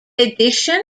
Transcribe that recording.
addition